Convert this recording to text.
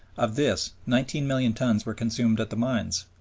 of this, nineteen million tons were consumed at the mines,